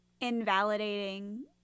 invalidating